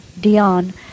Dion